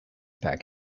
pack